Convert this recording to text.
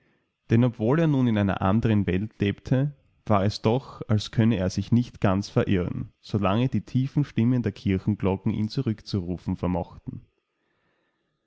undes überkamihneingefühldergeborgenheitbeidemgedanken dennobwohler nun in einer andern welt lebte war es doch als könne er sich nicht ganz verirren so lange die tiefen stimmen der kirchenglocken ihn zurückzurufen vermochten